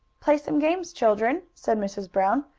play some games, children, said mrs. brown.